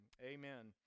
amen